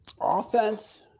offense